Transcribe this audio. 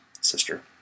sister